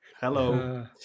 Hello